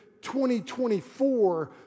2024